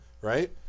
right